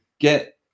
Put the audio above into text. get